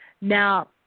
Now